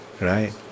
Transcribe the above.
Right